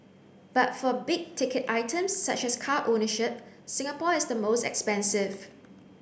but for big ticket items such as car ownership Singapore is the most expensive